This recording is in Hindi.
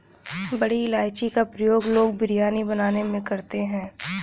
बड़ी इलायची का प्रयोग लोग बिरयानी बनाने में करते हैं